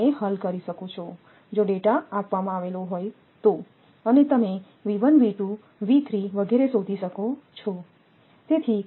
તમે આને હલ કરી શકો છો જો ડેટા આપવામાં આવે છે તો અને તમે શોધી શકો છો